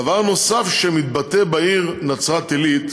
דבר נוסף שמתבטא בעיר נצרת-עילית